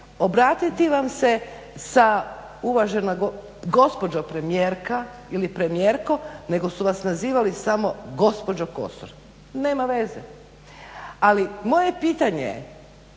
obratiti vam se sa uvažena gospođo premijerka ili premijerko nego su vas nazivali samo gospođo Kosor. Nema veze, ali moje pitanje je